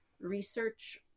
research